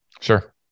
Sure